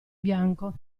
bianco